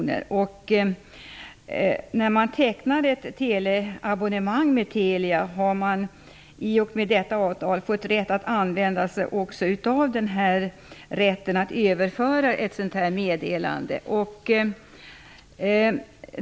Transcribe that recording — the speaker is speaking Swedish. När man tecknar ett teleabonnemang med Telia har man i och med detta avtal rätt att använda sig också av rätten att överföra ett sådant meddelande.